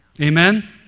Amen